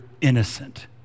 innocent